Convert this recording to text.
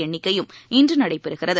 எண்ணிக்கையும் இன்று நடைபெறுகிறது